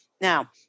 Now